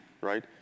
right